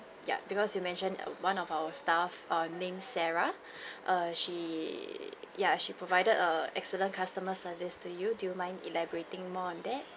ya because you mentioned err one of our staff uh named sarah err she ya she provided a excellent customer service to you do you mind elaborating more on that